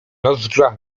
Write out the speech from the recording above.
nozdrza